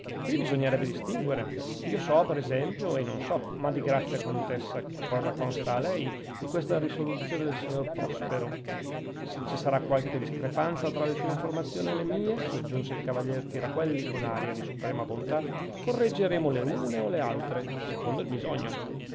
qui bisognerebbe distinguere io so per esempio e non so ma di grazia contessa che cosa consta a lei di questa risoluzione del signor prospero se ci sarà qualche discrepanza tra le sue informazioni e le mie soggiunse il cavaliere tiraquelli con aria di suprema bontà correggeremo le une o le altre secondo il bisogno